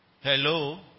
Hello